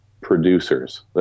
producers